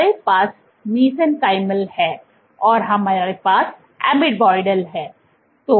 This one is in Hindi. हमारे पास मेसेनकाइमल है और हमारे पास एमोबोइडल है